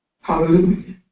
Hallelujah